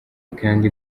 kandi